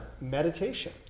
meditation